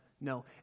no